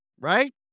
right